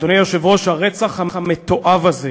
אדוני היושב-ראש, הרצח המתועב הזה